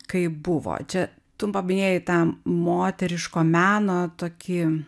kaip buvo čia tu paminėjai tą moteriško meno tokį